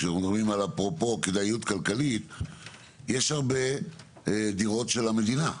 כשאנחנו מדברים על אפרופו כדאיות כלכלית יש הרבה דירות של המדינה,